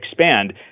expand